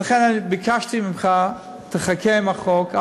ולכן ביקשתי ממך: תחכה עם החוק,